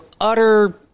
utter